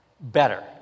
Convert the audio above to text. better